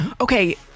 Okay